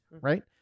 right